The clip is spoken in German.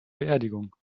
beerdigung